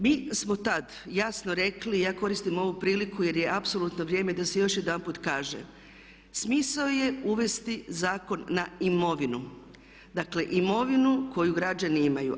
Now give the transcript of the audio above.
Mi smo tad jasno rekli, ja koristim ovu priliku jer je apsolutno vrijeme da se još jedanput kaže smisao je uvesti Zakon na imovinu, dakle imovinu koju građani imaju.